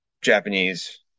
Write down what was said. Japanese